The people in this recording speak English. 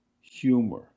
humor